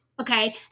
okay